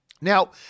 Now